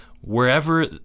wherever